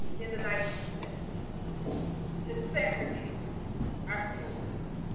in the nineteenth century to segregate our school system.